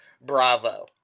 Bravo